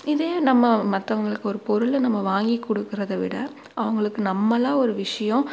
இதே நம்ம மற்றவங்களுக்கு ஒரு பொருளை நம்ம வாங்கி கொடுக்கறத விட அவங்களுக்கு நம்மளாக ஒரு விஷியம்